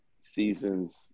seasons